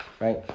right